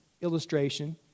illustration